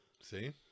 See